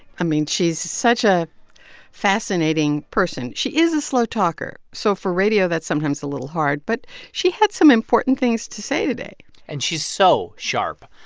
i mean, she's such a fascinating person. she is a slow talker, so for radio, that's sometimes a little hard. but she had some important things to say today and she's so sharp.